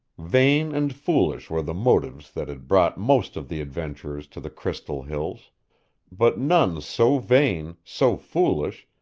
vain and foolish were the motives that had brought most of the adventurers to the crystal hills but none so vain, so foolish,